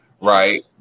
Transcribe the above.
right